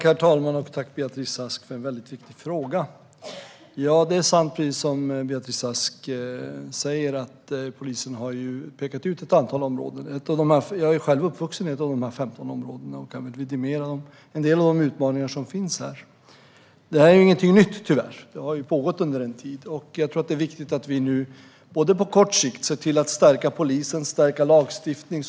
Herr talman! Jag tackar Beatrice Ask för en väldigt viktig fråga. Det är sant att polisen har pekat ut ett antal områden, som Beatrice Ask säger. Jag är själv uppvuxen i ett av dessa 15 områden och kan vidimera en del av de utmaningar som finns. Det här är tyvärr ingenting nytt utan har pågått under en tid. Jag tror att det är viktigt att vi på kort sikt ser till att stärka polisen och lagstiftningen.